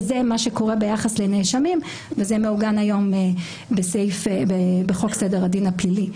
שזה מה שקורה ביחס לנאשמים וזה מעוגן היום בחוק סדר הדין הפלילי,